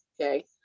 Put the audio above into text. okay